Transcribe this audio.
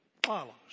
Follows